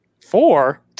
Four